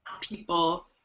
people